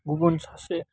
गुबुन सासे